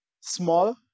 small